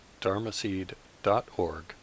dharmaseed.org